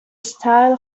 style